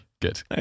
good